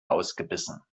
ausgebissen